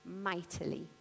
mightily